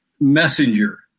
messenger